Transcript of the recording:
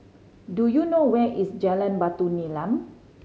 do you know where is Jalan Batu Nilam